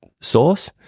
source